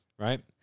Right